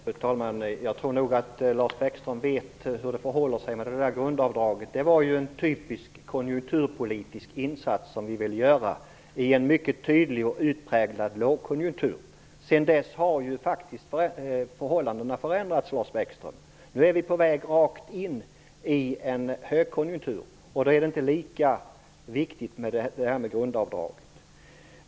Fru talman! Jag tror nog att Lars Bäckström vet hur det förhåller sig med grundavdraget. Det var ju en typisk konjunkturpolitisk insats som vi ville göra i en mycket tydlig och utpräglad lågkonjunktur. Sedan dess har ju faktiskt förhållandena förändrats, Lars Bäckström. Nu är vi på väg rakt in i en högkonjunktur, och då är det inte lika viktigt med grundavdraget.